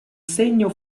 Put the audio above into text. segno